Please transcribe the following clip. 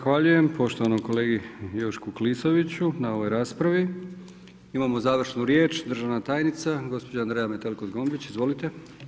Zahvaljujem poštovanom kolegi Jošku Klisoviću na ovoj raspravi, imamo završnu riječ, državna tajnica, gospođa Andreja Metelko Zgombić, izvolite.